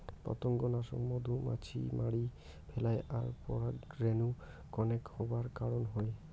পতঙ্গনাশক মধুমাছি মারি ফেলায় আর পরাগরেণু কনেক হবার কারণ হই